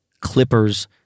Clippers